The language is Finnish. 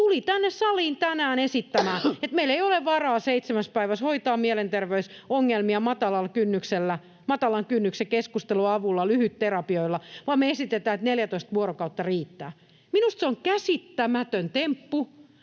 tuli tänne saliin tänään esittämään, että meillä ei ole varaa seitsemässä päivässä hoitaa mielenterveysongelmia matalalla kynnyksellä, matalan kynnyksen keskusteluavulla, lyhytterapioilla, vaan me esitetään, että 14 vuorokautta riittää. Minusta on käsittämätön temppu,